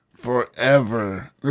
forever